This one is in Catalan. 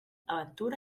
aventura